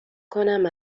کنم